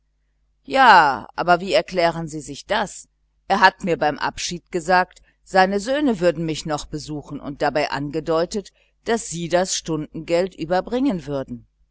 ja aber wie erklären sie sich das er hat mir beim abschied gesagt seine söhne würden mich noch besuchen und hat dabei angedeutet daß sie das honorar überbringen würden